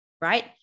right